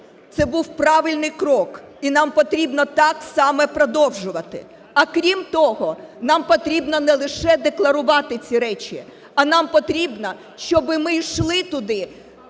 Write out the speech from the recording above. це був правильний крок, і нам потрібно так саме продовжувати. А крім того, нам потрібно не лише декларувати ці речі, а нам потрібно, щоби ми йшли туди,